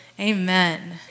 amen